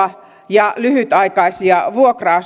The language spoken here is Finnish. ja lyhytaikaisia vuokra